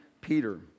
Peter